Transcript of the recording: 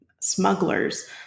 smugglers